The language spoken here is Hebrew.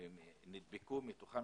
מתוכם